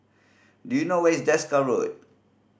do you know where is Desker Road